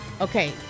Okay